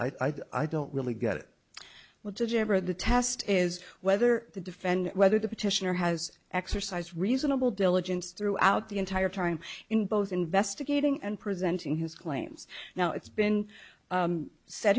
needed i don't really get it but did you ever the test is whether to defend whether the petitioner has exercise reasonable diligence throughout the entire time in both investigating and presenting his claims now it's been